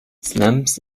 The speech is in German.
slums